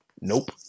Nope